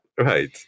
Right